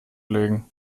legen